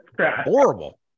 horrible